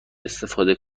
استفاده